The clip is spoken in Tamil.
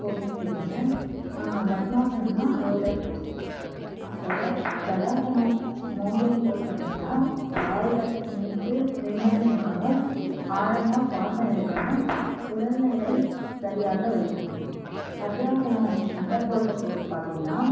போஸுனு சொல்வாங்க பத்மாசானம்னா லோட்டஸ் போஸு அப்போ தடாசானம் மௌண்டைன் போஸ் பாத்திங்கனா கால நீட்டுடி நிமிர்ந்து நிற்கணும் ஆழமாக சுவாசம் எடுக்கணும் உடல்நிலை சரியாக வைக்கும் வஜ்ராசானம் தண்டர்போல்டு போஸ் பார்த்திங்கன்னா